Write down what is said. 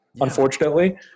unfortunately